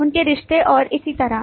उनके रिश्ते और इसी तरह